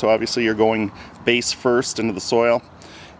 so obviously you're going base first in the soil